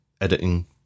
editing